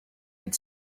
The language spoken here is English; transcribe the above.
had